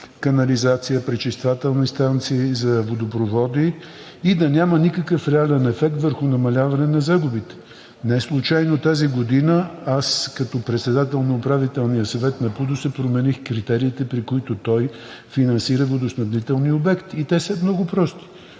канализация, пречиствателни станции, за водопроводи и да няма никакъв реален ефект върху намаляване на загубите! Неслучайно тази година аз като председател на Управителния съвет на ПУДООС промених критериите, при които той финансира водоснабдителни обекти, и те са много прости.